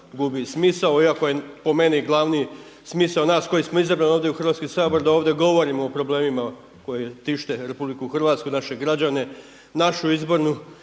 gubi smisao, iako je po meni glavni smisao nas koji smo izabrani ovdje u Hrvatski sabor da ovdje govorimo o problemima koji tište RH, naše građane, našu izbornu